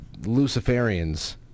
Luciferians